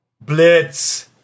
Blitz